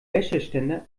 wäscheständer